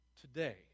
Today